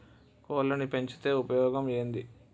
కోళ్లని పెంచితే ఉపయోగం ఏంది?